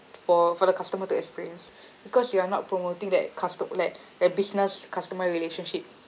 for for the customer to experience because you are not promoting that custo~ that that business customer relationship